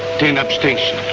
ten abstentions.